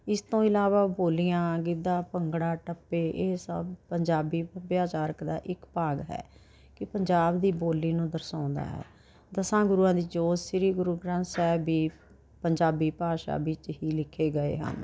ਇਸ ਤੋਂ ਇਲਾਵਾ ਬੋਲੀਆਂ ਗਿੱਧਾ ਭੰਗੜਾ ਟੱਪੇ ਇਹ ਸਭ ਪੰਜਾਬੀ ਸੱਭਿਆਚਾਰਕ ਦਾ ਇੱਕ ਭਾਗ ਹੈ ਇਹ ਪੰਜਾਬ ਦੀ ਬੋਲੀ ਨੂੰ ਦਰਸਾਉਂਦਾ ਹੈ ਦਸਾਂ ਗੁਰੂਆਂ ਦੀ ਜੋਤ ਸ੍ਰੀ ਗੁਰੂ ਗ੍ਰੰਥ ਸਾਹਿਬ ਵੀ ਪੰਜਾਬੀ ਭਾਸ਼ਾ ਵਿੱਚ ਹੀ ਲਿਖੇ ਗਏ ਹਨ